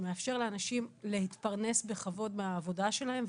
שמאפשר לאנשים להתפרנס בכבוד מהעבודה שלהם,